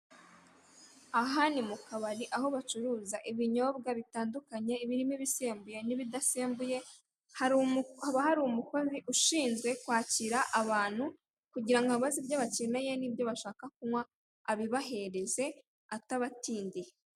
Aha ni mu kabari aho bacuruza ibinyobwa bitandukanye birimo ibisembuye n'ibidasembuye. Hari haba hari umukozi ushinzwe kwakira abantu kugira ngo ababaze ibyo bakeneye nibyo bashaka kunywa, abibahereze atabatindiye.